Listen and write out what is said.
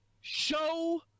show